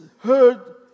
heard